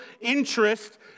interest